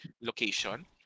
location